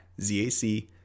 Z-A-C